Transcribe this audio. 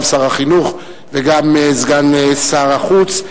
גם שר החינוך וגם סגן שר החוץ.